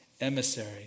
emissary